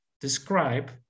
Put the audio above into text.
describe